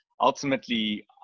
ultimately